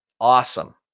awesome